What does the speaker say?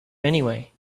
anyway